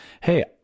Hey